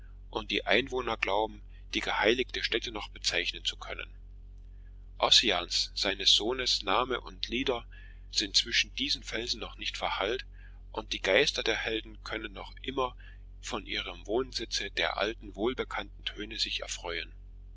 und die einwohner glauben die geheiligte stätte noch bezeichnen zu können ossians seines sohnes name und lieder sind zwischen diesen felsen noch nicht verhallt und die geister der helden können noch immer von ihrem wolkensitze der alten wohlbekannten töne sich erfreuen